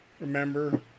remember